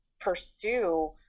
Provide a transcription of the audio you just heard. pursue